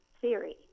theory